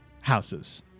houses